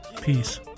Peace